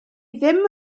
ddim